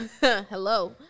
Hello